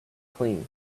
clean